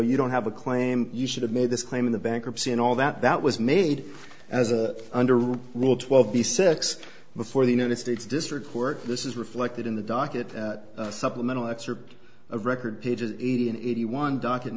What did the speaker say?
you don't have a claim you should have made this claim in the bankruptcy and all that that was made as a under rule little twelve the six before the united states district court this is reflected in the docket supplemental excerpt of record pages eighty and eighty one docket